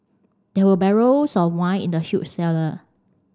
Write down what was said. there were barrels of wine in the huge cellar